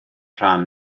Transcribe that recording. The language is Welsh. rhan